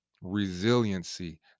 resiliency